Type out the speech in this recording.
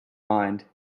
mind